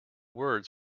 words